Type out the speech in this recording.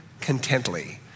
contently